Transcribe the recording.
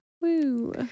Woo